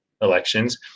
elections